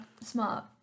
Smart